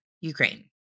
Ukraine